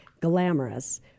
glamorous